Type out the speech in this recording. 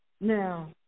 Now